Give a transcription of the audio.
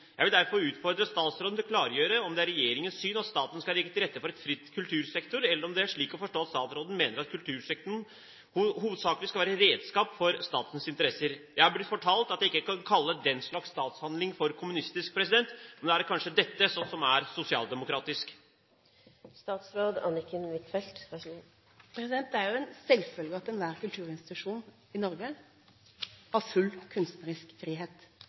Jeg vil derfor utfordre statsråden til å klargjøre om det er regjeringens syn at staten skal legge til rette for en fri kultursektor, eller om det er slik å forstå at statsråden mener at kultursektoren hovedsakelig skal være et redskap for statens interesser. Jeg er blitt fortalt at jeg ikke kan kalle den slags statshandling for kommunistisk, men er det kanskje dette som er sosialdemokratisk? Det er en selvfølge at enhver kulturinstitusjon i Norge har full kunstnerisk frihet.